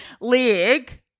leg